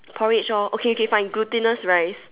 porridge orh okay okay fine glutinous rice